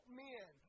men